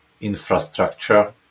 infrastructure